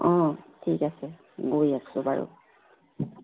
অঁ ঠিক আছে গৈ আছোঁ বাৰু